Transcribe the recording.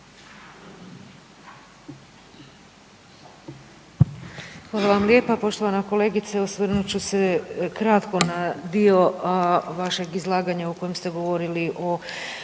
Hvala vam lijepa. Poštovana kolegice osvrnut će se kratko na dio vašeg izlaganja u kojem ste govorili o